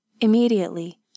Immediately